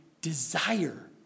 desire